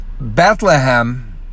Bethlehem